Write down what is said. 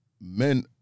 men